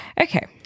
Okay